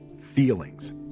feelings